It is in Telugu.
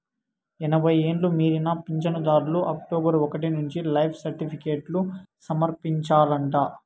ఎనభై ఎండ్లు మీరిన పించనుదార్లు అక్టోబరు ఒకటి నుంచి లైఫ్ సర్టిఫికేట్లు సమర్పించాలంట